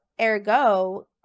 ergo